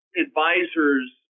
advisors